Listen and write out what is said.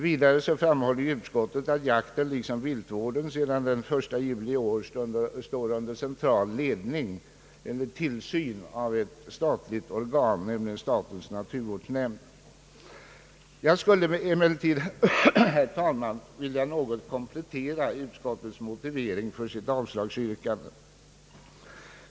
Vidare framhåller utskottet att jakten liksom viltvården sedan den 1 juli i år står under central tillsyn av ett statligt organ, nämligen statens naturvårds nämnd. Jag skulle emellertid, herr talman, vilja något komplettera utskottets motivering för avslagsyrkandet.